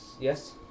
Yes